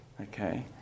Okay